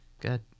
Good